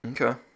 Okay